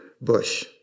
bush